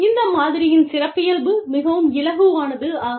இந்த மாதிரியின் சிறப்பியல்பு மிகவும் இளகுவானதாகும்